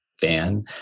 fan